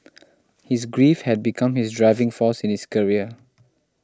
his grief had become his driving force in his career